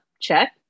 check